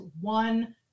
One